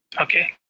Okay